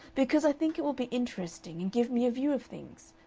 because i think it will be interesting and give me a view of things.